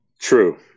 true